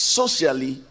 socially